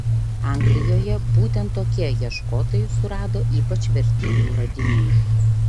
anglijoje būtent tokie ieškotojai surado ypač vertingų radinių